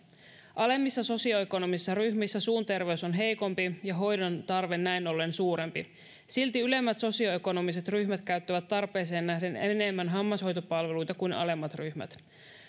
alemmissa sosioekonomisissa ryhmissä suunterveys on heikompi ja hoidon tarve näin ollen suurempi silti ylemmät sosioekonomiset ryhmät käyttävät tarpeeseen nähden enemmän hammashoitopalveluita kuin alemmat ryhmät